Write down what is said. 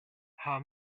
her